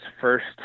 first